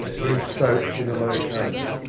and he spoke in a low tone.